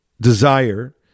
desire